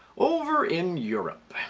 over in europe.